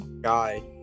guy